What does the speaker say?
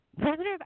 President